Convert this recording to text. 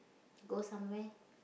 go somewhere